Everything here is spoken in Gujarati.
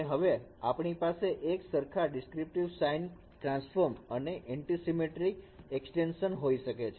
અને હવે આપણી પાસે એક સરખા ડીસક્રિટ સાઇન ટ્રાન્સફોર્મ માટે એન્ટીસીમેટ્રિક એક્સટેન્શન હોઈ શકે છે